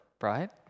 right